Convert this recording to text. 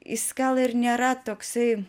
jis gal ir nėra toksai